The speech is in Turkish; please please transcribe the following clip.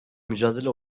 mücadele